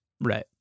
right